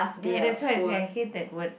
ya that's why I say I hate that word